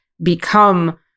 become